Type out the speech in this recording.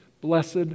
blessed